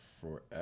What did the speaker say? forever